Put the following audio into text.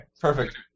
perfect